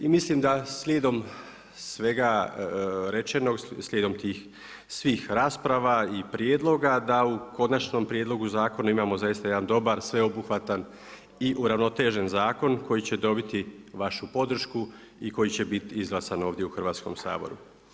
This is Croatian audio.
I mislim da slijedom svega rečenog, slijedom tih svih rasprava i prijedloga, da u konačnom prijedlogu zakonu imamo zaista jedan dobar sveobuhvatan i uravnotežen zakon koji će dobiti vašu podršku i koji će biti izglasan ovdje u Hrvatskom saboru.